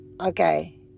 Okay